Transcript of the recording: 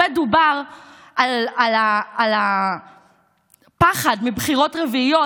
הרבה דובר על הפחד מבחירות רביעיות,